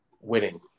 winning